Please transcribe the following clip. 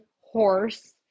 horse